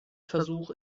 versuch